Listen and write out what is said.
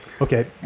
okay